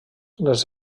les